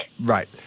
Right